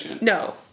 No